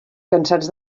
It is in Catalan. cansats